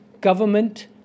government